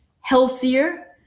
healthier